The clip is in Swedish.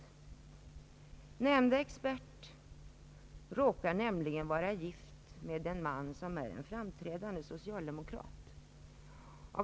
Nämnda expert råkar nämligen vara gift med en man som är en framträdande socialdemokrat.